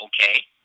okay